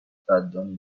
قدردانی